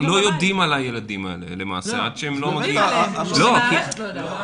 כלומר לא יודעים על הילדים האלה למעשה --- המערכת לא יודעת.